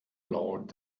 laut